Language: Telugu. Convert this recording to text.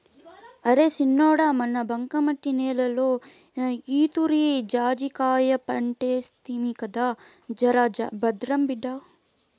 అరే సిన్నోడా మన బంకమట్టి నేలలో ఈతూరి జాజికాయ పంటేస్తిమి కదా జరభద్రం బిడ్డా